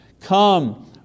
Come